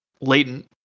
latent